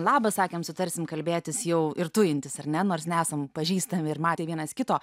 labas sakėm sutarsim kalbėtis jau ir tujintis ar ne nors nesam pažįstami ir matę vienas kito